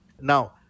Now